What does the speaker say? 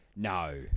No